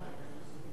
בעד,